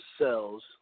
cells